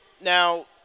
Now